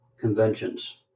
conventions